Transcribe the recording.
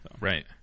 Right